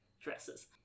dresses